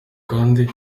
kandi